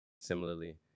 Similarly